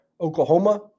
Oklahoma